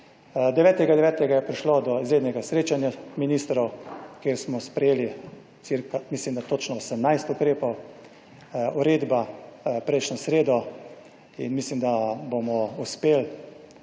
9. 9. je prišlo do izrednega srečanja ministrov, kjer smo sprejeli mislim, da točno 18 ukrepov. Uredba prejšnjo sredo in mislim, da bomo uspeli.